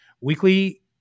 weekly